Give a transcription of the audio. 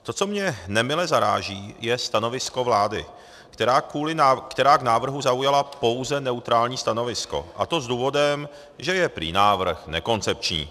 To, co mě nemile zaráží, je stanovisko vlády, která k návrhu zaujala pouze neutrální stanovisko, a to s důvodem, že je prý návrh nekoncepční.